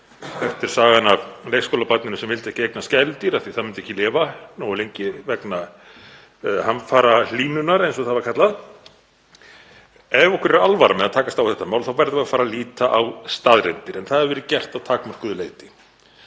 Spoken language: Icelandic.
er sagan af leikskólabarninu sem vildi ekki eignast gæludýr því það myndi ekki lifa nógu lengi vegna hamfarahlýnunar, eins og það var kallað. Ef okkur er alvara með að takast á við þetta mál þá verðum við að fara að líta á staðreyndir en það hefur verið gert að takmörkuðu leyti.